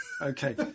Okay